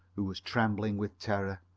who was trembling with terror.